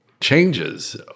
changes